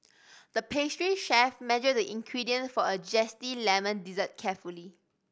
the pastry chef measured the ingredients for a zesty lemon dessert carefully